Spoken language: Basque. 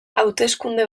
hauteskunde